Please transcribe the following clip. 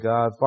God